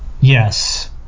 yes